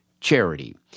Charity